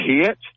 hit